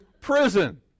prison